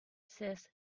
says